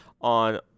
on